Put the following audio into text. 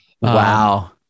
wow